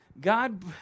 God